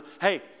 Hey